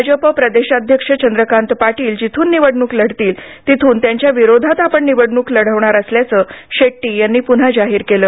भाजप प्रदेशाध्यक्ष चंद्रकांत पाटील जिथून निवडणूक लढतील तिथून त्यांच्या विरोधात आपण निवडणूक लढविणार असल्याचं शेट्टी यांनी पुन्हा जाहीर केलं